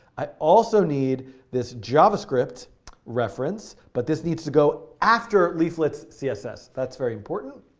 i also need this javascript reference, but this needs to go after leaflet's css. that's very important.